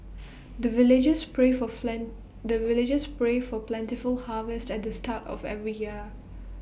the villagers pray for friend the villagers pray for plentiful harvest at the start of every year